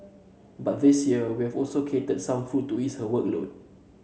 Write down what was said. but this year we have also catered some food to ease her workload